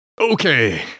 Okay